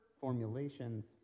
formulations